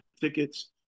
tickets